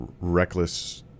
reckless